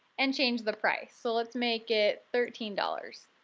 and change the price. so let's make it thirteen dollars.